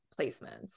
placements